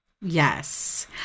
Yes